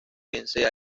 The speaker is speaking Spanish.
vence